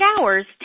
hours